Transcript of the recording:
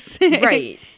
right